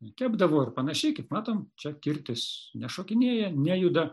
kepdavo ir panašiai kaip matom čia kirtis nešokinėja nejuda